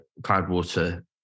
Cloudwater